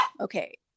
okay